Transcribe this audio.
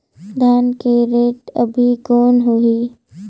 धान के रेट अभी कौन होही?